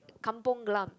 Kampung-Glam